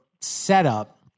setup